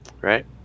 Right